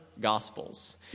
Gospels